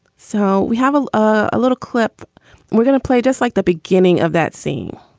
so we have a ah little clip we're gonna play just like the beginning of that scene